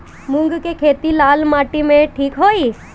मूंग के खेती लाल माटी मे ठिक होई?